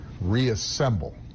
reassemble